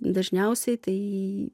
dažniausiai tai